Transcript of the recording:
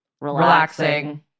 Relaxing